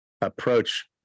approach